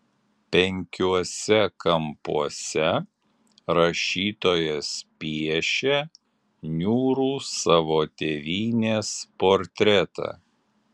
penkiuose kampuose rašytojas piešia niūrų savo tėvynės portretą